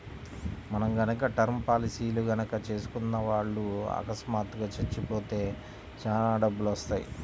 మనం గనక టర్మ్ పాలసీలు గనక చేసుకున్న వాళ్ళు అకస్మాత్తుగా చచ్చిపోతే చానా డబ్బులొత్తయ్యి